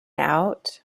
out